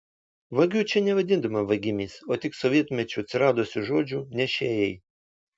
vagių čia nevadino vagimis o tik sovietmečiu atsiradusiu žodžiu nešėjai